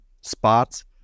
spots